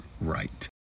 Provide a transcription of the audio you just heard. right